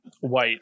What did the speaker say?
white